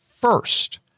first